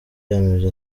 yamize